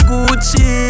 Gucci